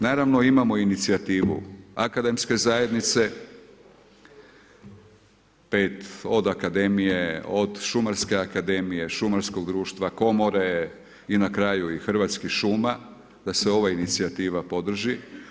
Naravno imamo inicijativu akademske zajednice, pet od akademije, od Šumarske akademije, šumarskog društva, komore i na kraju Hrvatskih šuma da se ova inicijativa podrži.